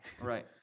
Right